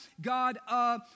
God